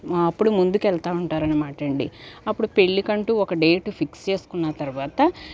అప్పుడు ముందుకెళ్తా ఉంటారనమాటందడి అప్పుడు పెళ్లికంటూ ఒక డేట్ ఫిక్స్ చేసుకున్న తర్వాత